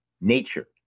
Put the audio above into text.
nature